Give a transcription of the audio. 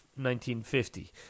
1950